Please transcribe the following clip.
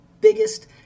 biggest